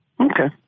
okay